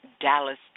Dallas